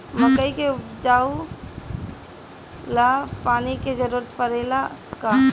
मकई के उपजाव ला पानी के जरूरत परेला का?